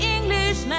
English